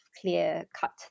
clear-cut